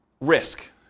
risk